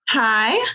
Hi